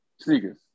Sneakers